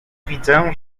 widzę